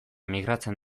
migratzen